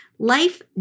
Life